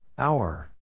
Hour